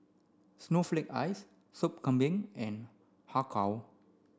snowflake ice Sup Kambing and Har Kow